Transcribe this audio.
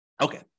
Okay